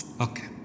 okay